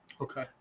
Okay